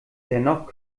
dennoch